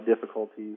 difficulties